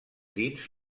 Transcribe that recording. dins